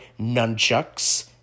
nunchucks